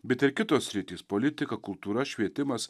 bet ir kitos sritys politika kultūra švietimas